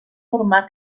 formar